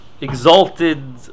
exalted